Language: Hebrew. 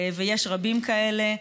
ויש רבים כאלה.